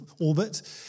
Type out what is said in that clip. orbit